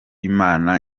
imana